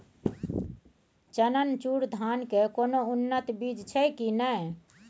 चननचूर धान के कोनो उन्नत बीज छै कि नय?